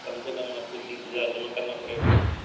कम से कम आपको तीस हज़ार जमा करना पड़ेगा